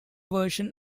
version